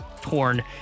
torn